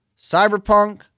Cyberpunk